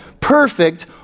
perfect